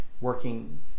Working